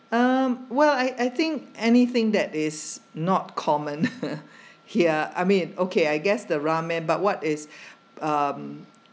um well I I think anything that is not common here I mean okay I guess the ramen but what is um